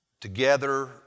together